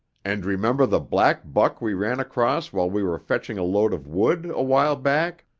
and remember the black buck we ran across while we were fetching a load of wood a while back?